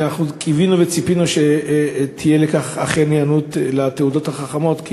אנחנו קיווינו וציפינו שאכן תהיה היענות לתעודות החכמות,